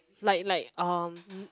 like like um